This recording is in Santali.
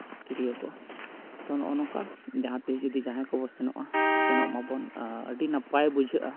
ᱛᱤᱨᱭᱳ ᱠᱚ ᱱᱚᱜᱼᱚᱸᱭ ᱱᱚᱝᱠᱟ ᱡᱟᱦᱟᱸ ᱛᱤᱥ ᱡᱩᱫᱤ ᱡᱟᱦᱟᱸᱭ ᱠᱚᱵᱚᱱ ᱥᱮᱱᱚᱜᱼᱟ ᱥᱮᱱᱚᱜ ᱢᱟᱵᱚᱱ ᱟᱹᱰᱤ ᱱᱟᱯᱟᱭ ᱵᱩᱡᱷᱟᱹᱜᱼᱟ